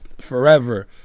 forever